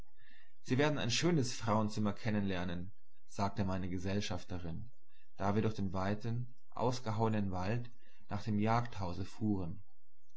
sie werden ein schönes frauenzimmer kennenlernen sagte meine gesellschafterin da wir durch den weiten ausgehauenen wald nach dem jagdhause fuhren